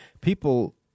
People